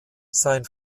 sein